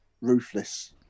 ruthless